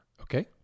Okay